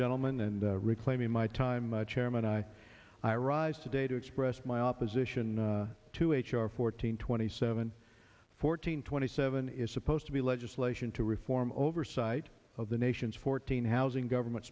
gentleman and reclaiming my time much chairman i i rise today to express my opposition to h r fourteen twenty seven fourteen twenty seven is supposed to be legislation to reform oversight of the nation's fourteen housing government